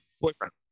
boyfriend